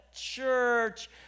church